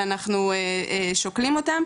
ואנחנו שוקלים אותם.